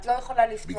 את לא יכולה לפתוח